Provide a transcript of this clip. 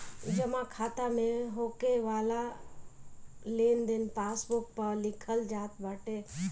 जमा खाता में होके वाला लेनदेन पासबुक पअ लिखल जात बाटे